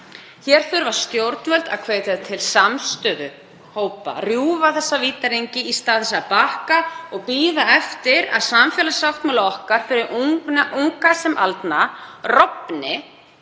Hér þurfa stjórnvöld að hvetja til samstöðu hópa, að rjúfa þennan vítahring í stað þess að bakka og bíða eftir að samfélagssáttmáli okkar fyrir ungmenni, unga sem aldna, rofni,